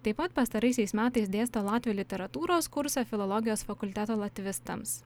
taip pat pastaraisiais metais dėsto latvių literatūros kursą filologijos fakulteto latvistams